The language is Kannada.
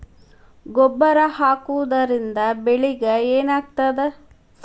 ಗೊಬ್ಬರ ಹಾಕುವುದರಿಂದ ಬೆಳಿಗ ಏನಾಗ್ತದ?